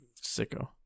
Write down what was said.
sicko